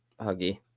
huggy